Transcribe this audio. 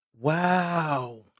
Wow